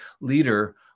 leader